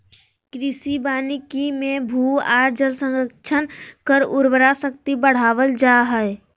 कृषि वानिकी मे भू आर जल संरक्षण कर उर्वरा शक्ति बढ़ावल जा हई